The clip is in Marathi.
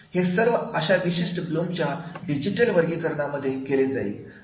हे सर्व अशा विशिष्ट ब्लुमच्या डिजिटल वर्गीकरणा मध्ये केले जाईल